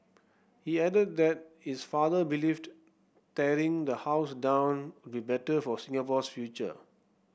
he added that his father believed tearing the house down would be better for Singapore's future